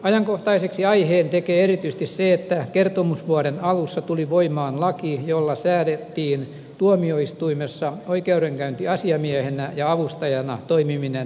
ajankohtaiseksi aiheen tekee erityisesti se että kertomusvuoden alussa tuli voimaan laki jolla säädettiin tuomioistuimessa oikeudenkäyntiasiamiehenä ja avustajana toimiminen luvanvaraiseksi